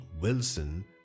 Wilson